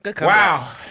wow